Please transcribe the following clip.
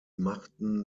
machten